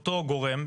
אותו גורם,